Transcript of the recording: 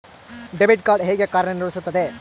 Debit card ಹೇಗೆ ಕಾರ್ಯನಿರ್ವಹಿಸುತ್ತದೆ?